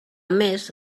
més